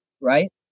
right